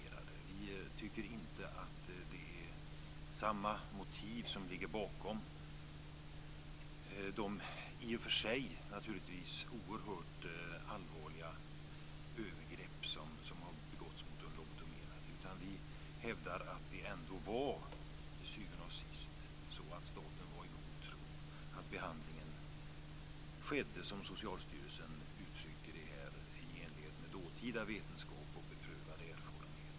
Vi tycker inte att det finns samma motiv bakom de i och för sig oerhört allvarliga övergrepp som begicks mot de lobotomerade. Vi hävdar att staten till syvende och sist var i god tro och att behandlingen skedde som Socialstyrelsen uttrycker det: "i enlighet med dåtida vetenskap och beprövad erfarenhet".